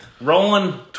Rolling